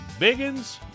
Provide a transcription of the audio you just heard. Biggins